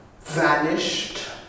vanished